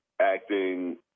acting